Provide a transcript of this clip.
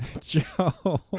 Joe